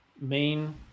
main